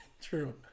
True